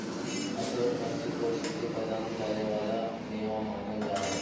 अखरोट मस्तिष्क को शक्ति प्रदान करे वाला मेवा मानल जा हई